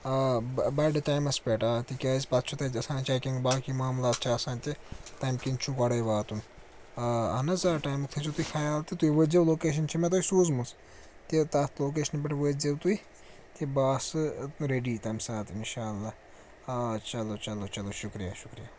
آ بَڑٕ ٹایمَس پٮ۪ٹھ آ تِکیٛازِ پَتہٕ چھُ تَتہِ آسان چیٚکِنٛگ باقٕے معاملات چھِ آسان تہِ تَمہِ کِنۍ چھُ گۄڈٔے واتُن آ اہن حظ آ ٹایمُک تھٲیزیٛو تُہۍ خیال تہٕ تُہۍ وٲتۍ زیٛو لوکیشَن چھِ مےٚ تۄہہِ سوٗزمٕژ تہِ تَتھ لوکیشنہٕ پٮ۪ٹھ وٲتۍ زیٛو تُہۍ تہِ بہٕ آسہٕ ریٚڈی تَمہِ ساتہٕ اِنشاء اللہ آ چلو چلو چلو شُکریہ شُکریہ